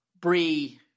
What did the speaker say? Bree